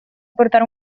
portare